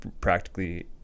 practically